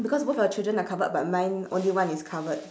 because both of your children are covered but mine only one is covered